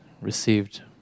received